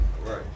Right